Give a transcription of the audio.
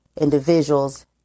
individuals